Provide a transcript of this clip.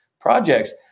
projects